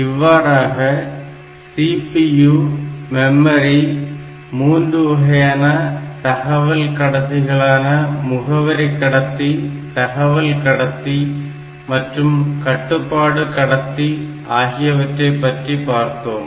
இவ்வாறாக CPU memory மூன்று வகையான தகவல் கடத்திகளான முகவரி கடத்தி தகவல் கடத்தி மற்றும் கட்டுப்பாடு கடத்தி ஆகியவற்றைப் பற்றி பார்த்தோம்